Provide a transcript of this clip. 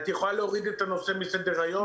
את יכולה להוריד את הנושא מסדר היום.